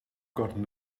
gotten